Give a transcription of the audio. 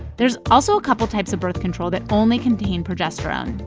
there's also a couple types of birth control that only contain progesterone.